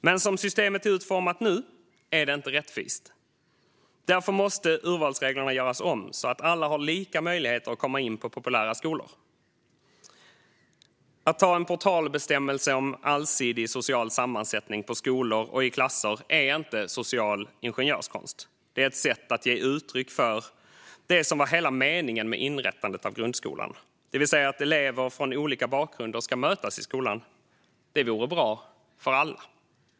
Men som systemet är utformat nu är det inte rättvist. Därför måste urvalsreglerna göras om så att alla har lika möjligheter att komma in på populära skolor. Att anta en portalbestämmelse om allsidig social sammansättning på skolor och i klasser är inte social ingenjörskonst. Det är ett sätt att ge uttryck för det som var hela meningen med inrättandet av grundskolan, det vill säga att elever från olika bakgrunder ska mötas i skolan. Det vore bra för alla.